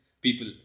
people